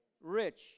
Rich